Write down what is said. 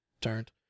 turned